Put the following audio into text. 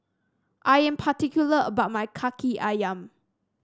I am particular about my kaki ayam